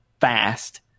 fast